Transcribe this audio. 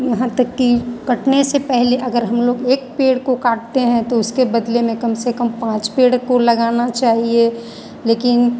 यहाँ तक कि कटने से पहले अगर हम लोग एक पेड़ को काटते हैं तो उसके बदले में कम से कम पाँच पेड़ को लगाना चाहिए लेकिन